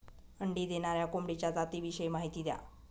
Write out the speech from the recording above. अंडी देणाऱ्या कोंबडीच्या जातिविषयी माहिती द्या